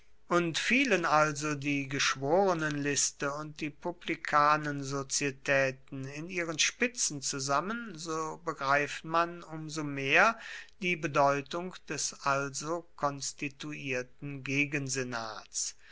und fielen also die geschworenenliste und die publikanensozietäten in ihren spitzen zusammen so begreift man um so mehr die bedeutung des also konstituierten